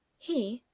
he,